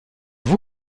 vous